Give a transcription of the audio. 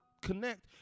connect